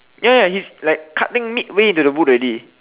ya ya he's like cutting midway into the wood already